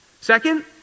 Second